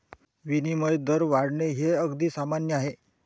विनिमय दर वाढणे हे अगदी सामान्य आहे